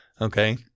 okay